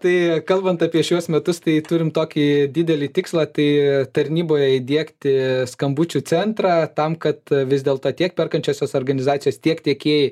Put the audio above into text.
tai kalbant apie šiuos metus tai turim tokį didelį tikslą tai tarnyboje įdiegti skambučių centrą tam kad vis dėl to tiek perkančiosios organizacijos tiek tiekėjai